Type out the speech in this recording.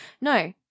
No